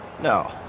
no